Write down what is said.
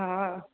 हा